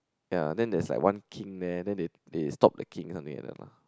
ya then there's like one king there then they they stop the king something like that lah